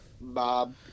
Bob